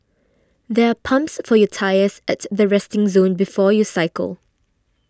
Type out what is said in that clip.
there are pumps for your tyres at the resting zone before you cycle